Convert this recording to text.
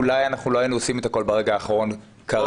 אולי אנחנו לא היינו עושים את הכול ברגע אחרון כרגיל.